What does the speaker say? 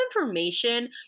information